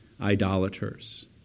idolaters